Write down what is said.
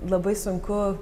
labai sunku